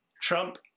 Trump